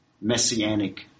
messianic